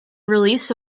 release